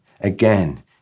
again